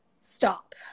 stop